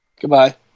Goodbye